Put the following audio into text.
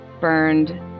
burned